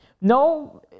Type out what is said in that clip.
No